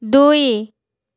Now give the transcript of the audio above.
ଦୁଇ